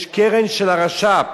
יש קרן של הרש"פ